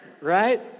right